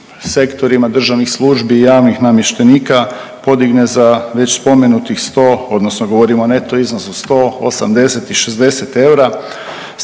sektorima državnih službi i javnih namještenika podigne za već spomenutih 100 odnosno govorim o neto iznosu 100, 80 i 60 eura.